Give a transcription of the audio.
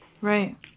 Right